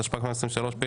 התשפ"ג 2023 (פ/3331/25),